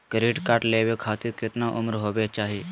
Credit card लेवे खातीर कतना उम्र होवे चाही?